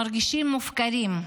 מרגישים מופקרים,